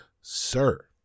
sir